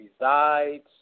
resides